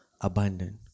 abundant